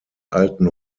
alten